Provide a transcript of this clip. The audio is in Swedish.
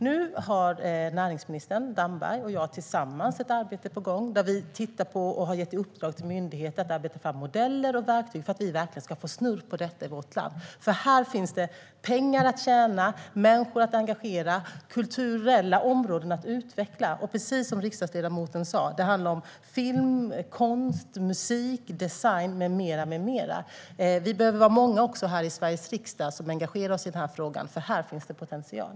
Nu har näringsminister Damberg och jag ett arbete på gång tillsammans där vi tittar på detta och har gett i uppdrag till myndigheter att arbeta fram modeller och verktyg för att vi verkligen ska få snurr på detta i vårt land. Här finns det nämligen pengar att tjäna, människor att engagera och kulturella områden att utveckla. Precis som riksdagsledamoten sa handlar det om film, konst, musik, design med mera. Vi behöver vara många även i Sveriges riksdag som engagerar oss i frågan, för här finns det potential.